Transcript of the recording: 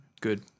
Good